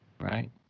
right